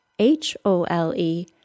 H-O-L-E